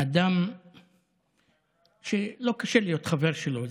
אדם שלא קשה להיות חבר שלו.